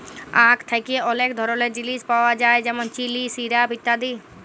আখ থ্যাকে অলেক ধরলের জিলিস পাওয়া যায় যেমল চিলি, সিরাপ ইত্যাদি